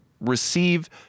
receive